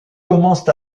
commencent